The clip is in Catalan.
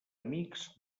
amics